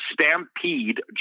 Stampede